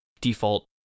default